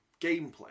gameplay